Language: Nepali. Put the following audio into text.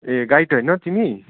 ए गाइड होइन तिमी